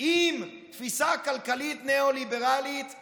עם תפיסה כלכלית ניאו-ליברלית דרוויניסטית,